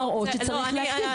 מראות שצריך להקטין.